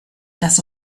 das